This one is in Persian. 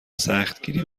سختگیری